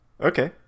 Okay